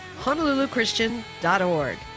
honoluluchristian.org